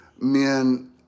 men